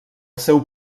seu